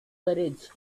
courage